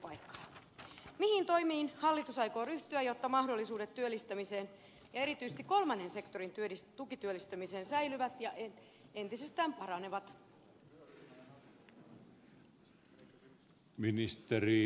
mihin toimiin hallitus aikoo ryhtyä jotta mahdollisuudet työllistämiseen ja erityisesti kolmannen sektorin tukityöllistämiseen säilyvät ja entisestään paranevat